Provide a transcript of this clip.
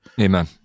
Amen